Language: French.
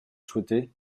souhaiter